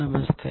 నమస్తే